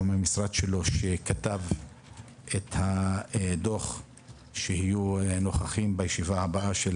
מהמשרד שלו שכתב את הדוח יהיו נוכחים בישיבה הבאה של